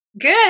Good